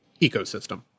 ecosystem